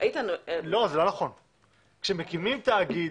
כשמקימים תאגיד,